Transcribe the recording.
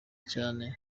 cyane